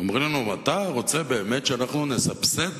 אומרים לנו: אתה רוצה שאנחנו באמת נסבסד